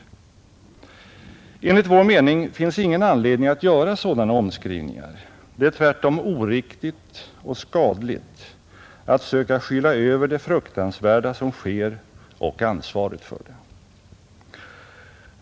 Enligt vår mening finns ingen anledning att göra sådana omskrivningar, det är tvärtom oriktigt och skadligt att söka skyla över det fruktansvärda som sker och ansvaret för det.